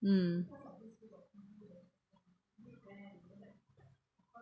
mm